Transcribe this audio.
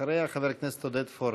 אחריה, חבר הכנסת עודד פורר.